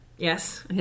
Yes